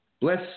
Bless